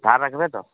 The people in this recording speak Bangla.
ধার রাখবে তো